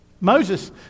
Moses